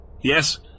Yes